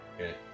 Okay